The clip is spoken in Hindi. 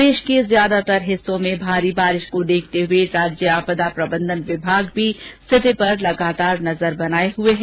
प्रदेश के ज्यादातार हिस्सों में भारी बारिश को देखते हुए राज्य आपदा प्रबंधन विभाग भी स्थिति पर लगातार नजर बनाये हुए है